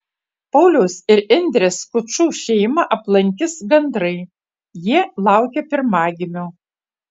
pauliaus ir indrės skučų šeimą aplankys gandrai jie laukia pirmagimio